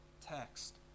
text